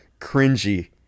cringy